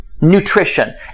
nutrition